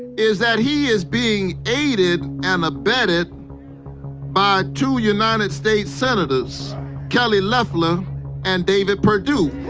is that he is being aided and abetted by two united states senators kelly leffler and david perdue.